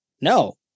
no